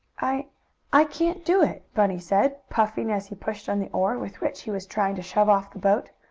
i i can't do it, bunny said, puffing, as he pushed on the oar, with which he was trying to shove off the boat.